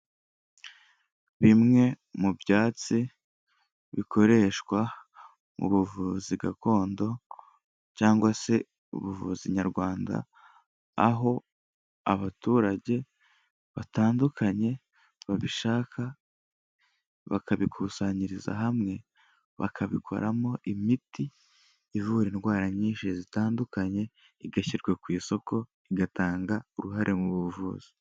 Bimwe mu byatsi bikoreshwa mu buvuzi gakondo cyangwa se ubuvuzi nyarwanda, aho abaturage batandukanye babishaka bakabikusanyiriza hamwe bakabikoramo imiti ivura indwara nyinshi zitandukanye igashyirwa ku isoko igatanga uruhare mu buvuzi.